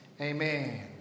Amen